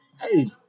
Hey